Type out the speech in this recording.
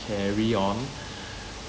carry on